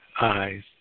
Eyes